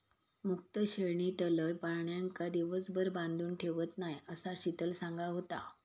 मुक्त श्रेणीतलय प्राण्यांका दिवसभर बांधून ठेवत नाय, असा शीतल सांगा होता